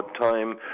time